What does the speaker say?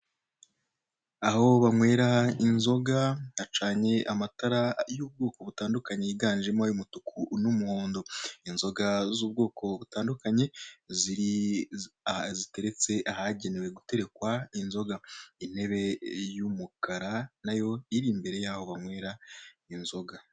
Aho banywera inzoga hacanye amatara y'ubwoko butandukanye yiganjemo ay'umutuku n'umuhondo, inzoga z'ubwoko butandukanye ziteretse ahagenewe guterekwa inzoga intebe y'umukara nayo iri imbere yaho banywera inzoga.